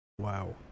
Wow